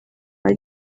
ari